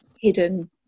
hidden